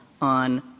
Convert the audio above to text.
on